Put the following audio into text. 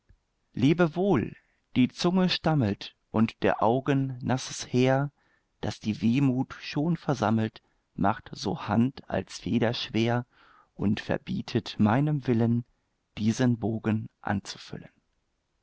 wohl die zunge stammelt und der augen nasses heer das die wehmut schon versammelt macht so hand als feder schwer und verbietet meinem willen diesen bogen anzufüllen